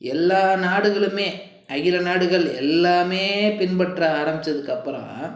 எல்லா நாடுகளுமே அகில நாடுகள் எல்லாமே பின்பற்ற ஆரம்பிச்சதுக்கு அப்புறமா